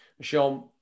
Sean